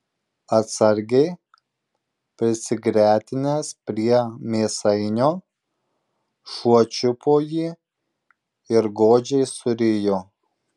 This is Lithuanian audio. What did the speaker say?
atsargiai prisigretinęs prie mėsainio šuo čiupo jį ir godžiai surijo